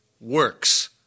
works